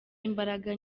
imbaraga